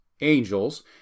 angels